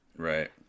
Right